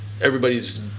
everybody's